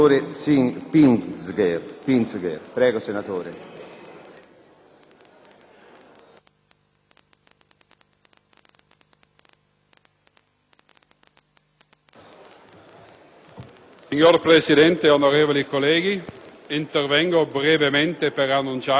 Signor Presidente, onorevoli colleghi, intervengo brevemente per annunciare il voto favorevole del nostro Gruppo parlamentare UDC, SVP e Autonomie